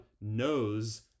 knows